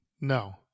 No